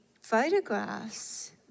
photographs